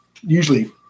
usually